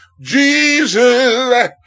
Jesus